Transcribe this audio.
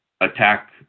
attack